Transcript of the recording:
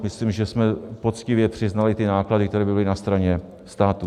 Myslím, že jsme poctivě přiznali ty náklady, které by byly na straně státu.